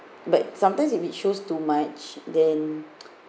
but sometimes if it shows too much then